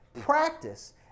practice